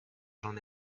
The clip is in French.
j’en